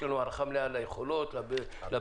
יש לנו הערכה מלאה ליכולות ולביצועים.